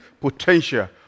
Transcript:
potential